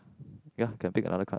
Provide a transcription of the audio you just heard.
ya can take another card